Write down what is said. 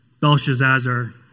Belshazzar